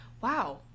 Wow